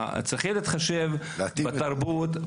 צריכים להתחשב בתרבות,